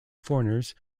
foreigners